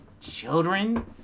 children